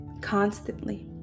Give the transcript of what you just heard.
constantly